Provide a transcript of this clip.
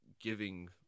giving